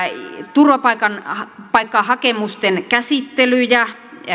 turvapaikkahakemusten käsittelyjä